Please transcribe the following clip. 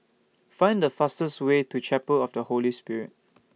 Find The fastest Way to Chapel of The Holy Spirit